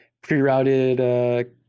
pre-routed